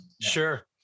Sure